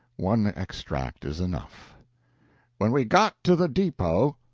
one extract is enough when we got to the depo',